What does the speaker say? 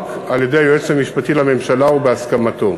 על-ידי היועץ המשפטי לממשלה ובהסכמתו.